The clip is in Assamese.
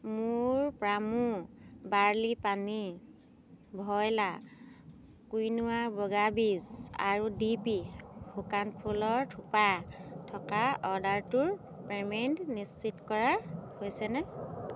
মোৰ প্ৰামো বাৰ্লি পানী ভইলা কুইনোৱা বগা বীজ আৰু ডি পি শুকান ফুলৰ থোপা থকা অৰ্ডাৰটোৰ পে'মেণ্ট নিশ্চিত কৰা হৈছে